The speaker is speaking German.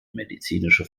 medizinische